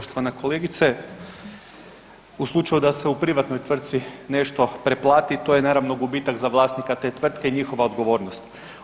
Poštovana kolegice, u slučaju da se u privatnoj tvrtci nešto preplati to je naravno gubitak za vlasnika te tvrtke i njihova odgovornost.